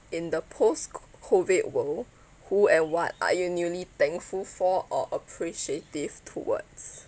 in the post COVID world who and what are you newly thankful for or appreciative towards